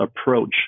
approach